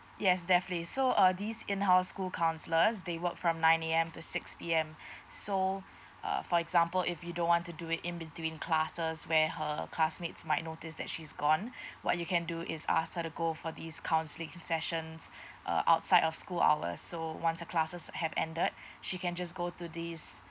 yes definitely so uh this in house school counsellors they work from nine A_M to six P_M so uh for example if you don't want to do it in between classes where her classmates might notice that she's gone what you can do is ask her to go for this counseling sessions uh outside of school hours so once a classes have ended she can just go to this